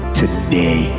today